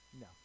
No